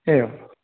एवं